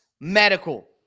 Medical